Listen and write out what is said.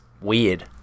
weird